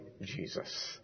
Jesus